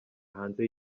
hanze